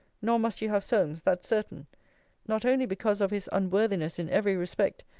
nor must you have solmes, that's certain not only because of his unworthiness in every respect,